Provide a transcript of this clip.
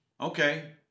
Okay